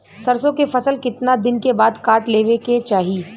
सरसो के फसल कितना दिन के बाद काट लेवे के चाही?